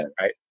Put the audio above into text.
Right